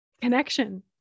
connection